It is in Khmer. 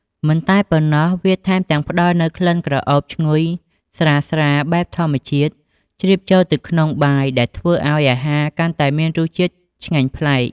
មិនតែប៉ុណ្ណោះ វាថែមទាំងផ្តល់នូវ ក្លិនក្រអូបឈ្ងុយស្រាលៗបែបធម្មជាតិ ជ្រាបចូលទៅក្នុងបាយ ដែលធ្វើឱ្យអាហារកាន់តែមានរសជាតិឆ្ងាញ់ប្លែក។